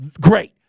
Great